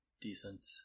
decent